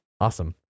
Awesome